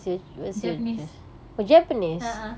japanese a'ah